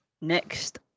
Next